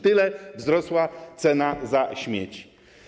Tyle wzrosła cena za śmieci.